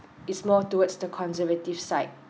it's more towards the conservative side